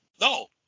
No